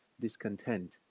discontent